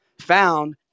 found